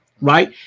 right